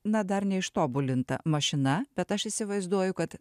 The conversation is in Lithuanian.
na dar neištobulinta mašina bet aš įsivaizduoju kad